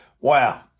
Wow